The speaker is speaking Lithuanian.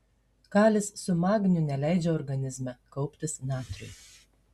kalis su magniu neleidžia organizme kauptis natriui